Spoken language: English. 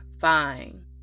fine